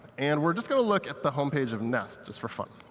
and we're just going to look at the home page of nest, just for fun.